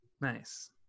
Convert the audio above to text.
Nice